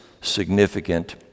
significant